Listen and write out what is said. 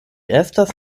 estas